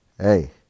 hey